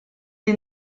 des